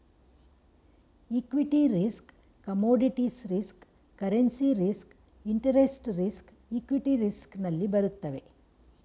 equity risk commodities risk currency risk interest risk equity risk ನಲ್ಲಿ ಬರುತ್ತವೆ